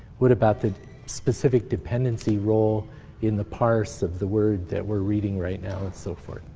what about the specific dependency role in the parse of the word that we're reading right now, and so forth.